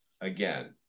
Again